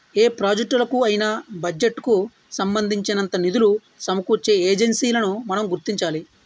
ఏ ప్రాజెక్టులకు అయినా బడ్జెట్ కు సంబంధించినంత నిధులు సమకూర్చే ఏజెన్సీలను మనం గుర్తించాలి